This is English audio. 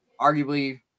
arguably